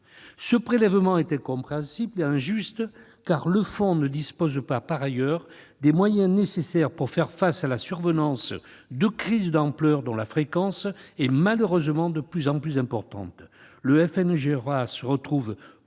Ce prélèvement est incompréhensible et injuste, car le fonds ne dispose pas, par ailleurs, des moyens nécessaires pour faire face à la survenance de crises d'ampleur malheureusement de plus en plus fréquentes. Le FNGRA se trouve